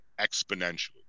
exponentially